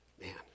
Man